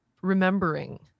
remembering